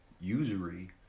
usury